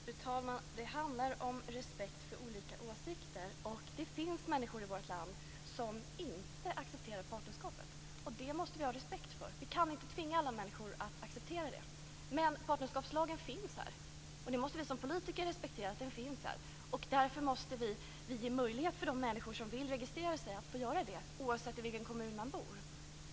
Fru talman! Det handlar om respekt för olika åsikter. Det finns människor i vårt land som inte accepterar partnerskap, och det måste vi ha respekt för. Vi kan inte tvinga alla människor att acceptera det. Men partnerskapslagen finns, och det måste vi som politiker respektera. Därför måste vi ge möjlighet för de människor som vill registrera sig att göra det, oavsett i vilken kommun de bor.